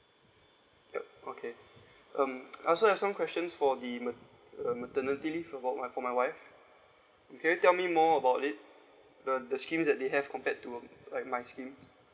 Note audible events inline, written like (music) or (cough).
yup okay um (noise) I also have some questions for the ma~ um maternity leave about my for my wife can you tell me more about it the the schemes that they have compared to like my scheme